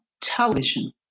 Television